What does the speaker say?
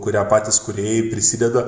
kurią patys kūrėjai prisideda